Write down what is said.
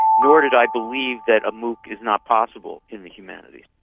nor did i believe that a mooc is not possible in the humanities,